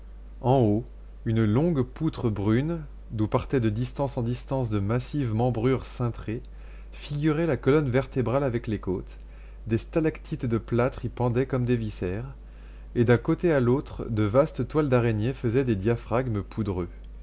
en haut une longue poutre brune d'où partaient de distance en distance de massives membrures cintrées figurait la colonne vertébrale avec les côtes des stalactites de plâtre y pendaient comme des viscères et d'un côté à l'autre de vastes toiles d'araignée faisaient des diaphragmes poudreux